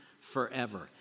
forever